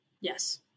Yes